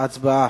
הצבעה.